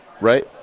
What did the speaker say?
Right